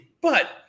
but-